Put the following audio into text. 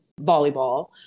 volleyball